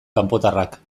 kanpotarrak